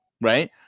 right